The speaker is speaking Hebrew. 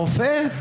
רופא?